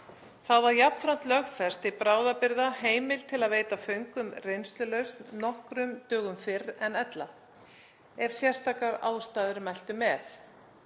Þá var jafnframt lögfest til bráðabirgða heimild til að veita föngum reynslulausn nokkrum dögum fyrr en ella ef sérstakar ástæður mæltu með.